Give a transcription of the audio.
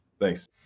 Thanks